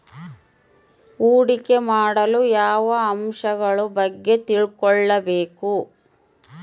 ಹೂಡಿಕೆ ಮಾಡಲು ಯಾವ ಅಂಶಗಳ ಬಗ್ಗೆ ತಿಳ್ಕೊಬೇಕು?